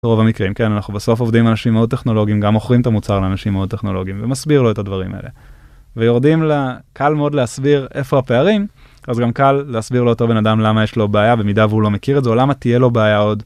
ברוב המקרים כן אנחנו בסוף עובדים עם אנשים מאוד טכנולוגיים גם מוכרים את המוצר לאנשים מאוד טכנולוגיים ומסביר לו את הדברים האלה. ויורדים ל.. קל מאוד להסביר איפה הפערים אז גם קל להסביר לאותו בן אדם למה יש לו בעיה במידה והוא לא מכיר את זה או למה תהיה לו בעיה עוד.